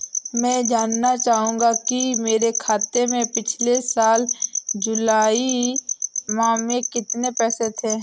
मैं जानना चाहूंगा कि मेरे खाते में पिछले साल जुलाई माह में कितने पैसे थे?